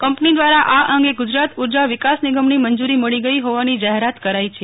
company દ્વારા આ અંગે ગુજરાત ઉર્જા વિકાસ નિગમની મંજૂરી મળી ગઈ હોવાની જાહેરાત કરાઈ છે